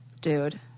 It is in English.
dude